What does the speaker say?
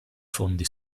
fondi